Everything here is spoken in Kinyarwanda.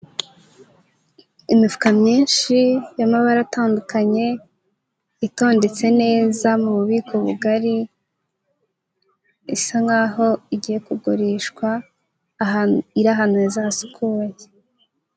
Imifuka myinshi y'amabara atandukanye, itondetse neza mu bubiko bugari, isa nk'aho igiye kugurishwa, iri ahantu heza hasukuye.